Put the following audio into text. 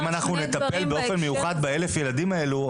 אם אנחנו נטפל באופן מיוחד ב-1,000 הילדים האלה,